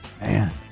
Man